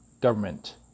government